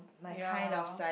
ya